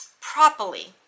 properly